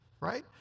right